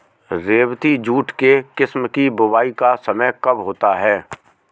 रेबती jute के किस्म की बुवाई का समय कब होता है?